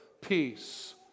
peace